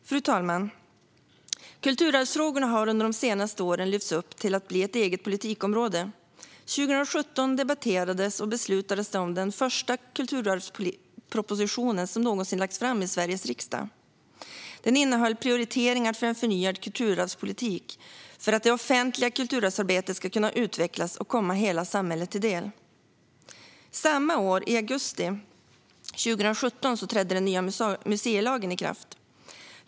Fru talman! Kulturarvsfrågorna har under de senaste åren lyfts upp till att bli ett eget politikområde. År 2017 debatterades och beslutades det om den första kulturarvsproposition som någonsin lagts fram i Sveriges riksdag. Den innehöll prioriteringar för en förnyad kulturarvspolitik för att det offentliga kulturarvsarbetet ska kunna utvecklas och komma hela samhället till del. Samma år, i augusti 2017, trädde den nya museilagen i kraft.